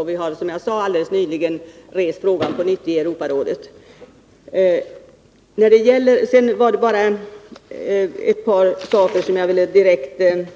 Som jag sade har vi alldeles nyligen på nytt rest frågan i Europarådet. Det var bara ett par saker som Görel Bohlin sade som jag direkt vill